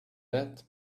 that